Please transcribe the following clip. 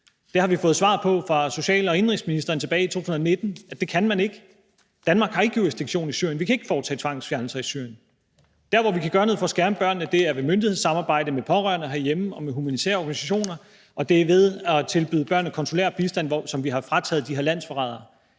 vi har fået det svar fra social- og indenrigsministeren tilbage i 2019, at det kan man ikke. Danmark har ikke jurisdiktion i Syrien. Vi kan ikke foretage tvangsfjernelser i Syrien. Der, hvor vi kan gøre noget for at skærme børnene, er ved et myndighedssamarbejde med pårørende herhjemme og med humanitære organisationer, og det er ved at tilbyde børnene konsulær bistand, hvilket vi har frataget de her landsforrædere.